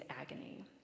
agony